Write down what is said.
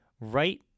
right